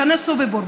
מחנה סוביבור,